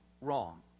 wrong